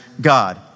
God